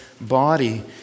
body